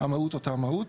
והמהות היא אותה מהות.